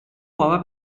uova